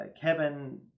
Kevin